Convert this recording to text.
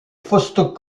fausto